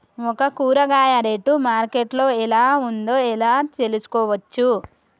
ఒక కూరగాయ rate market లో ఎలా ఉందో ఎలా తెలుసుకోవచ్చు?